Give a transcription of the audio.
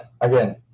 again